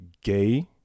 gay